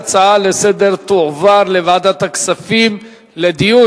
ההצעה לסדר-היום תועבר לוועדת הכספים לדיון.